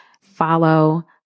Follow